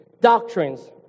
doctrines